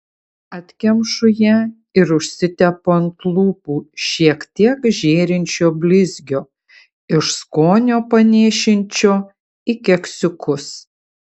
atkemšu ją ir užsitepu ant lūpų šiek tiek žėrinčio blizgio iš skonio panėšinčio į keksiukus